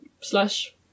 slash